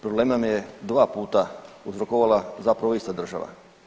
Problem nam je dva puta uzrokovala zapravo ista država.